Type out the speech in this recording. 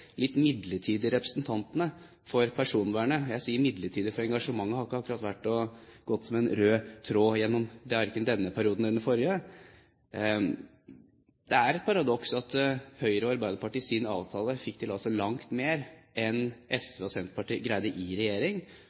litt midlertidige, representantene for personvernet – jeg sier midlertidig, for engasjementet har ikke akkurat gått som en rød tråd gjennom verken denne perioden eller den forrige. Det er et paradoks at Høyre og Arbeiderpartiet i sin avtale fikk til langt mer enn SV og Senterpartiet greide i regjering.